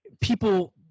people